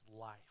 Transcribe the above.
life